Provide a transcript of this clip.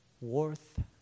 worth